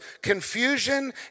confusion